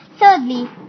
Thirdly